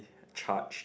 charged